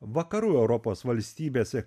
vakarų europos valstybėse